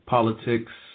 Politics